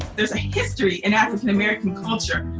there's a history in american culture.